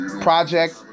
Project